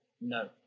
no